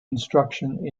instruction